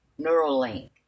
Neuralink